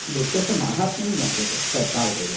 वृक्षस्य माहात्म्यं ज्ञायते तत् तावदेव